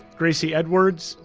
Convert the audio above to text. gracie edwards,